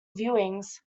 viewings